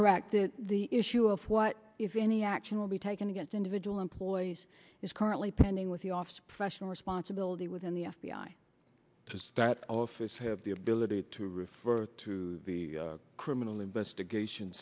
correct that the issue of what if any action will be taken against individual employees is currently pending with the office of professional responsibility within the f b i to stat office have the ability to refer to the criminal investigation